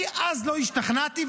אני אז לא השתכנעתי,